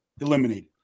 eliminated